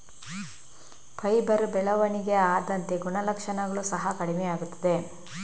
fibre ಬೆಳವಣಿಗೆ ಆದಂತೆ ಗುಣಲಕ್ಷಣಗಳು ಸಹ ಕಡಿಮೆಯಾಗುತ್ತವೆ